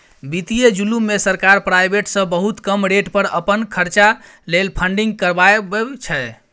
बित्तीय जुलुम मे सरकार प्राइबेट सँ बहुत कम रेट पर अपन खरचा लेल फंडिंग करबाबै छै